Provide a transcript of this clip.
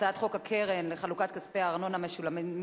הצעת חוק הקרן לחלוקת כספי הארנונה המשולמים